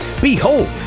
Behold